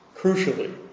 crucially